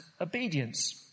obedience